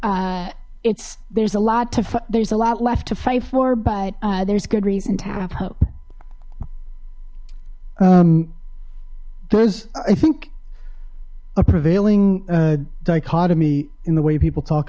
o it's there's a lot to there's a lot left to fight for but there's good reason to have hope there's i think a prevailing dichotomy in the way people talk